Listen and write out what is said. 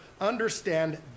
understand